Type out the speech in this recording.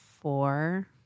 four